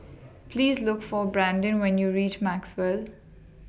Please Look For Brandin when YOU REACH Maxwell